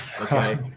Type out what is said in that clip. Okay